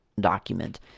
document